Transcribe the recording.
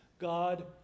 God